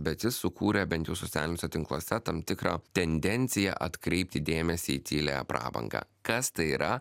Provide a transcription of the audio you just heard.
bet jis sukūrė bent jau socialiniuose tinkluose tam tikrą tendenciją atkreipti dėmesį į tylią prabangą kas tai yra